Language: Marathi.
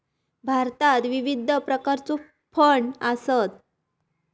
भारतात विविध प्रकारचो फंड आसत